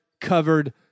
covered